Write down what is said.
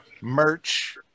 merch